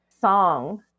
song